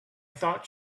thought